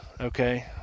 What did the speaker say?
okay